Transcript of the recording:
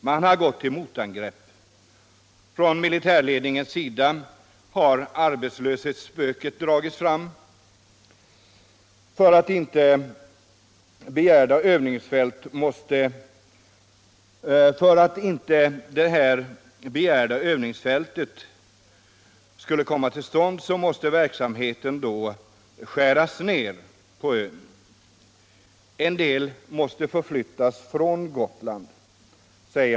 Man har gått till motangrepp. Från militärledningens sida har arbetslöshetsspöket dragits fram. Får man inte det begärda övningsfältet måste verksamheten på ön bantas ned och en del flyttas från Gotland.